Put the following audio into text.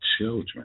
children